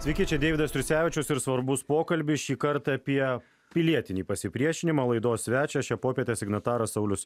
sveiki čia deividas triusevičius ir svarbus pokalbis šį kartą apie pilietinį pasipriešinimą laidos svečias šią popietę signataras saulius